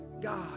God